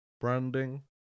Branding